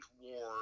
war